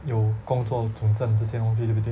有工作准证这些东西对不对